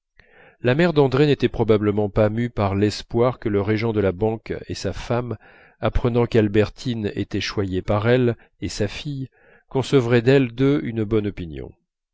la mère d'andrée n'était probablement pas mue par l'espoir que le régent de la banque et sa femme apprenant qu'albertine était choyée par elle et sa fille concevraient d'elles deux une bonne opinion